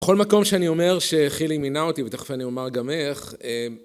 בכל מקום שאני אומר שחילי מינה אותי, ותכף אני אומר גם איך,